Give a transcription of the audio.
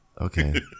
Okay